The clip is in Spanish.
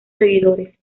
seguidores